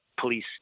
police